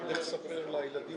הוספנו באמת מטעמים